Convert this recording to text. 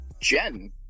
jen